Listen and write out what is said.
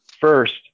first